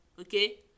Okay